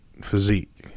physique